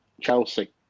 Chelsea